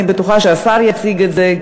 אני בטוחה שהשר יציג את זה,